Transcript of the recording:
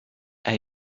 hay